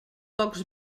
pocs